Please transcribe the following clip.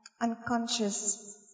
unconscious